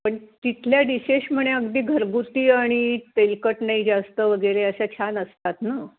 काण तिथल्या डिशेश म्हणे अगदी घरगुती आणि तेलकट नाही जास्त वगैरे अशा छान असतात न